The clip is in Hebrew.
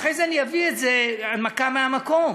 ואחרי זה אני אביא את זה בהנמקה מהמקום.